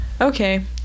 Okay